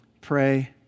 Pray